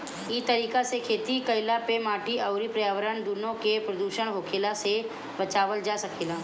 इ तरीका से खेती कईला पे माटी अउरी पर्यावरण दूनो के प्रदूषित होखला से बचावल जा सकेला